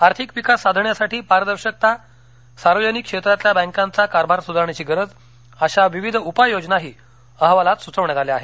आर्थिक विकास साधण्यासाठी पारदर्शकता सार्वजनिक क्षेत्रातल्या बँकांचा कारभार सुधारण्याची गरज अशा विविध उपाययोजनाही अहवालात सुचवण्यात आल्या आहेत